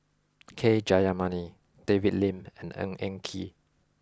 K Jayamani David Lim and Ng Eng Kee